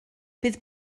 bydd